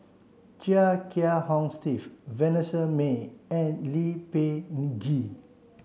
Chia Kiah Hong Steve Vanessa Mae and Lee Peh Gee